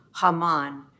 Haman